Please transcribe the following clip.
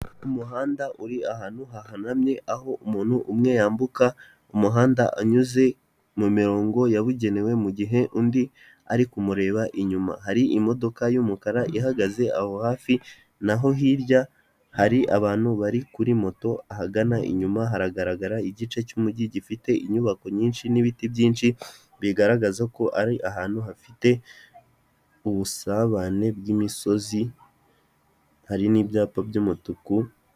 Umuhanda uri ahantu hahanamye aho umuntu umwe yambuka umuhanda anyuze mu mirongo yabugenewe, mu gihe undi ari kumureba, inyuma hari imodoka y'umukara ihagaze aho hafi n'aho hirya hari abantu bari kuri moto, ahagana inyuma haragaragara igice cy'umujyi gifite inyubako nyinshi n'ibiti byinshi, bigaragaza ko ari ahantu hafite ubusabane bw'imisozi, hari n'ibyapa by'umutuku.